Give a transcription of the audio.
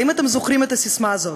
האם אתם זוכרים את הססמה הזאת?